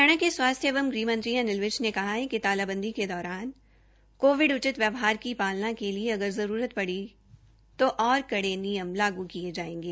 हरियाणा के स्वास्थ्य एवं गृह मंत्री अनि विज कहा है कि तालाबंदी के दौरान कोविड उचित व्यवहार की पालन के लिए अगर जरूरत पड़ती तो और कड़े नियम लागू किये जायेंगे